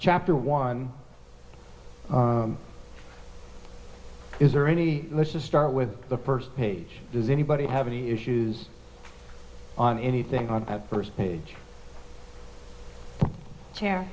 chapter one is there any let's just start with the first page does anybody have any issues on anything on the first page